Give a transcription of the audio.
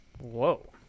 whoa